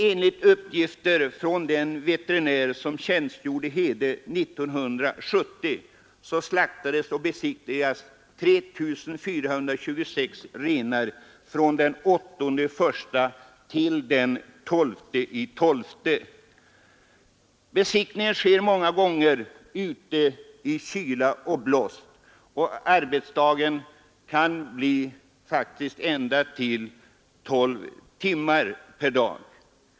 Enligt uppgifter från den veterinär som tjänstgjorde i Hede 1970 slaktades och besiktigades 3 426 renar från den 8 januari till den 12 december det året. Besiktningen sker många gånger ute i kyla och blåst, och arbetstiden kan faktiskt bli ända upp till tolv timmar per dag.